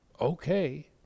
okay